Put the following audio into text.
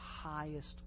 highest